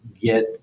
get